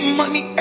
money